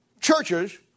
churches